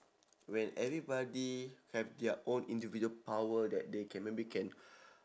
well everybody have their own individual power that they can maybe can